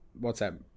WhatsApp